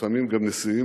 לפעמים גם נשיאים,